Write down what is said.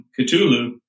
Cthulhu